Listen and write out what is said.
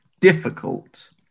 difficult